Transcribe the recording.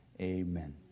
Amen